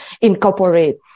incorporate